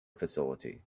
facility